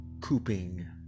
cooping